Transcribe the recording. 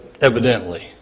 evidently